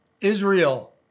Israel